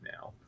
now